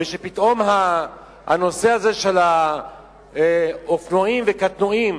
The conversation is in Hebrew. ופתאום הנושא הזה של האופנועים וקטנועים,